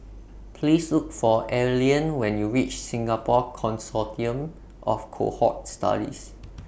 Please Look For Allean when YOU REACH Singapore Consortium of Cohort Studies